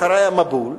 אחרי המבול,